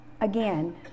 again